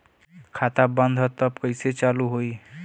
खाता बंद ह तब कईसे चालू होई?